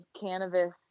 cannabis